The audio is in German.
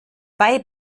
bei